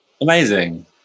amazing